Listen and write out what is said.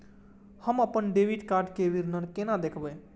हम अपन debit card के विवरण केना देखब?